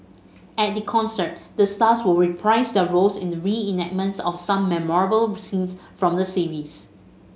at the concert the stars will reprise their roles in reenactments of some memorable scenes from the series